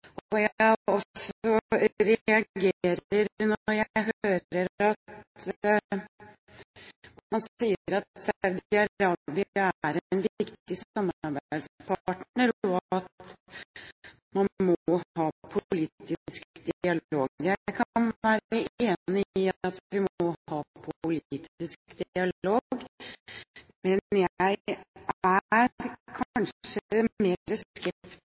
Jeg reagerer når jeg hører at man sier at Saudi-Arabia er en viktig samarbeidspartner, og at man må ha politisk dialog. Jeg kan være enig i at vi må ha politisk dialog, men jeg er kanskje mer skeptisk til at vi aksepterer at Saudi-Arabia er